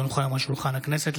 כי הונחו היום על שולחן הכנסת,